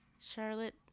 Charlotte